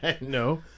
No